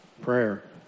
Prayer